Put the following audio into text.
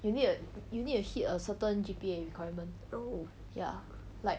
you need to you need to hit a certain G_P_A requirement ya like